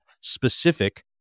specific